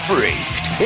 Freaked